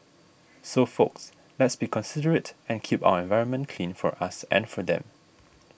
so folks let's be considerate and keep our environment clean for us and for them